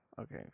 okay